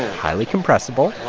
highly compressible.